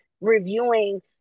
reviewing